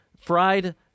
fried